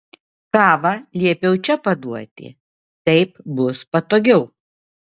kavą liepiau čia paduoti taip bus patogiau